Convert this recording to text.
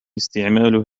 استعمال